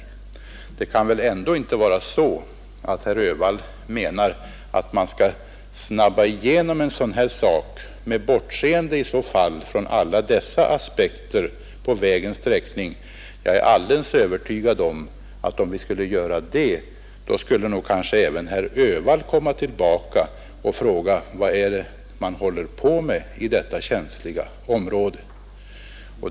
Herr Öhvall kan väl ändå inte mena att man skall snabba upp ett sådant här projekt med bortseende från alla dessa aspekter på vägens sträckning? Om vi skulle göra det, är jag alldeles övertygad om att även herr Öhvall skulle komma tillbaka och fråga vad som håller på att ske i detta känsliga område.